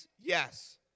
Yes